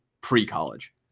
pre-college